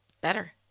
better